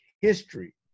history